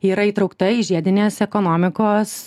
yra įtraukta į žiedinės ekonomikos